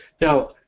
Now